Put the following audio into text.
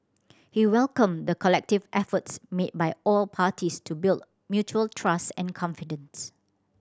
he welcomed the collective efforts made by all parties to build mutual trust and confidence